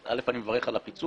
אז אל"ף, אני מברך על הפיצול.